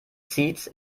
zieht